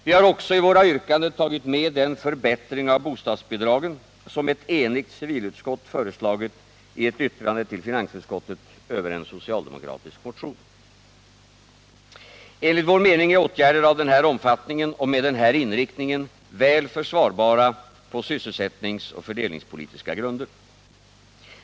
Vi har också i våra yrkanden tagit med den förbättring av bostadsbidragen som ett enigt civilutskott föreslagit i ett yttrande till 53 Enligt vår mening är åtgärder av den här omfattningen och med den här inriktningen väl försvarbara på sysselsättningsoch fördelningspolitiska grunder.